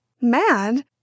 Mad